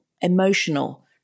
emotional